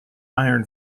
iron